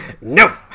no